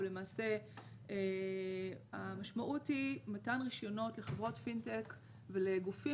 אבל למעשה המשמעות היא מתן רישיונות לחברות פינטק ולגופים